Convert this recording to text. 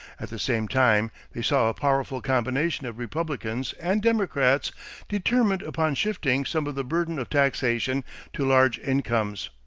at the same time they saw a powerful combination of republicans and democrats determined upon shifting some of the burden of taxation to large incomes.